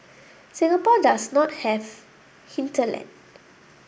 Singapore does not have hinterland